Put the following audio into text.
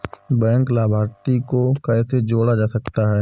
Bank लाभार्थी को कैसे जोड़ा जा सकता है?